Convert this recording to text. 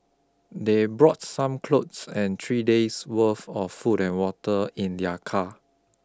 they brought some clothes and three days' worth of food and water in their car